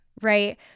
right